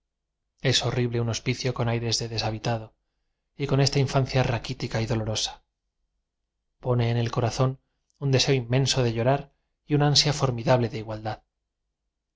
es horrible un hospicio con aires de deshabitado y con esta infancia raquítica y dolorosa pone en el corazón un deseo inmenso de llorar y un ansia formidable de igualdad